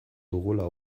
dugula